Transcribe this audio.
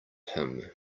him